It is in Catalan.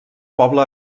poble